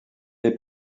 est